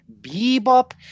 bebop